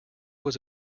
was